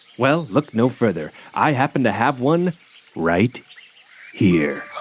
well, look no further. i happen to have one right here